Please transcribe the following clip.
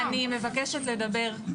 אני מבקשת לדבר.